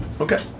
Okay